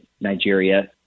Nigeria